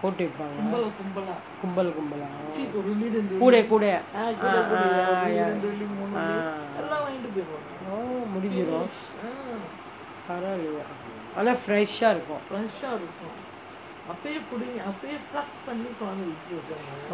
போட்டு வைப்பாங்கே கும்பல் கும்பலா கூடை கூடையா:pottu vaippangae kumbal kumbalaa kudai kudaiyaa ah ya முடிஞ்சிரும் ஆனா பரவாலயே:mudinjirum aana paravalayae fresh ah இருக்கும்:irukkum